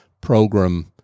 program